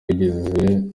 yigeze